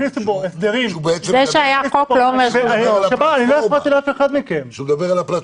הכניסו בו הסדרים --- זה שהיה חוק לא אומר שהוא טוב.